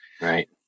Right